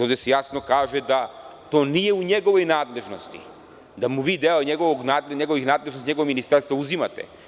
Ovde se jasno kaže da to nije u njegovoj nadležnosti, da mu vi deo nadležnosti njegovog ministarstva uzimate.